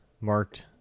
marked